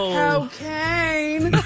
cocaine